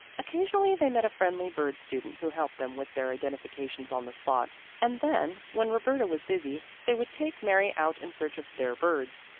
occasionally they met a friendly bird student who helped them with their identifications on the spot, and then, when roberta was busy, they would take mary out in search of their birds,